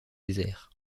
désert